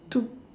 two